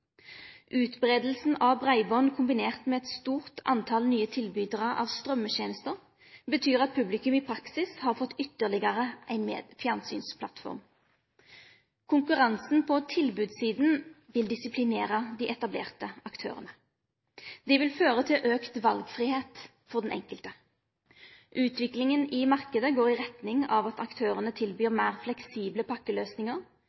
av breiband kombinert med eit stort tal på nye tilbydarar av strøymetenester betyr at publikum i praksis har fått ei fjernsynsplattform meir. Konkurransen på tilbodssida vil disiplinere dei etablerte aktørane. Det vil føre til auka valfridom for den enkelte. Utviklinga i marknaden går i retning av at aktørane tilbyr